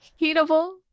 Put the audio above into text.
heatable